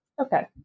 Okay